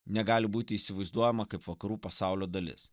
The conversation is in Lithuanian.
negali būti įsivaizduojama kaip vakarų pasaulio dalis